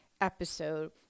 episode